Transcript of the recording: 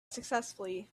successfully